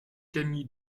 cami